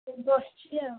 ଏଇଠି ବସିଛି ଆଉ